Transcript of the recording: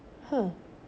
hmm